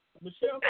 Michelle